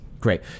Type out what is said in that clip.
Great